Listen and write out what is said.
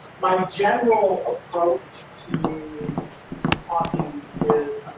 my general approach to talking is,